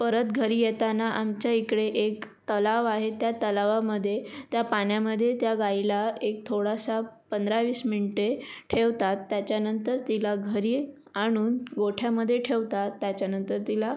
परत घरी येताना आमच्या इकडे एक तलाव आहे त्या तलावामध्ये त्या पाण्यामध्ये त्या गाईला एक थोडासा पंधरा वीस मिनटे ठेवतात त्याच्यानंतर तिला घरी आणून गोठ्यामध्ये ठेवतात त्याच्यानंतर तिला